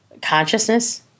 Consciousness